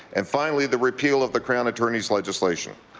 and finally the repeal of the crown attorney's legislation.